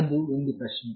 ಅದು ಒಂದು ಪ್ರಶ್ನೆ